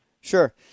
Sure